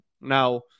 Now